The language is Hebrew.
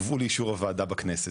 יובאו לאישור הוועדה בכנסת.